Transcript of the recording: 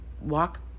walk